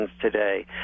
today